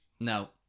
no